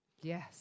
Yes